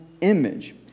image